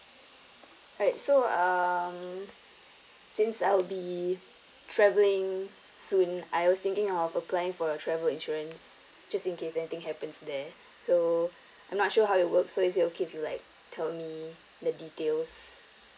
alright so um since I will be travelling soon I was thinking of applying for a travel insurance just in case anything happens there so I'm not sure how it works so is it okay if you like tell me the details